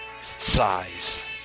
Size